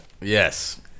yes